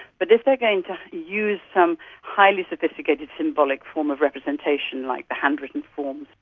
but if they are going to use some highly sophisticated symbolic form of representation like the handwritten form,